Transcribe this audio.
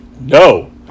no